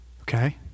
okay